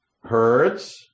herds